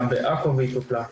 גם בעכו והיא טופלה.